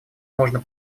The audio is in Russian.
можно